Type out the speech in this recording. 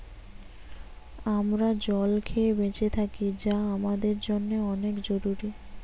আমরা জল খেয়ে বেঁচে থাকি যা আমাদের জন্যে অনেক জরুরি